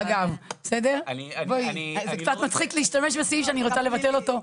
זה קצת מצחיק להשתמש בסעיף שאני רוצה לבטל אותו.